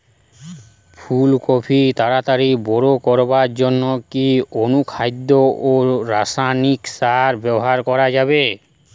ফুল কপি তাড়াতাড়ি বড় করার জন্য কি অনুখাদ্য ও রাসায়নিক সার ব্যবহার করা যাবে?